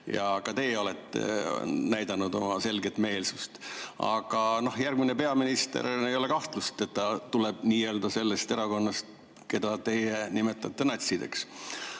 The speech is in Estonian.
Ja ka teie olete näidanud oma selget meelsust. Aga järgmine peaminister, ei ole kahtlust, tuleb sellest erakonnast, keda teie nimetate natsideks. Aga